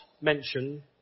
mention